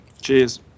Cheers